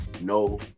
No